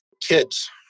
kids